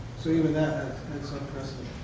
so even that had some